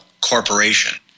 corporation